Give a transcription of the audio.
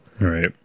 Right